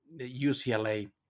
UCLA